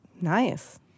Nice